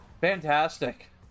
fantastic